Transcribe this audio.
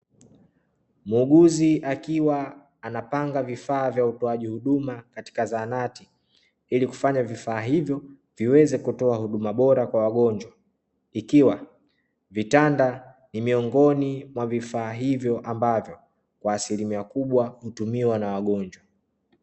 Muuguzi akiwa anapanga vifaa vya utoaji huduma katika zahanati ili kuweza kufanya vifaa hivyo viweze kutoa huduma bora kwa wagonjwa, ikiwa vitanda ni miongoni mwa vifaa hivyo ambavyo kwa asilimia kubwa hutumiwa na wagonjwa.